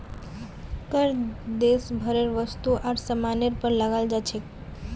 कर देश भरेर वस्तु आर सामानेर पर लगाल जा छेक